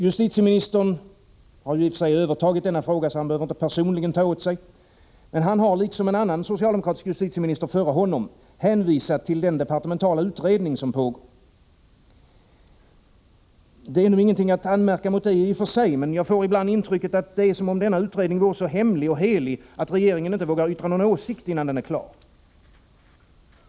Justitieministern har i och för sig övertagit denna fråga, så han behöver inte personligen ta åt sig, men han har — liksom en annan socialdemokratisk justitieminister före honom — hänvisat till den departementala utredning som pågår. Det är i och för sig ingenting att anmärka på, men det är som om denna utredning vore så hemlig och helig att regeringen inte vågar yttra någon åsikt innan den är klar.